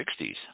60s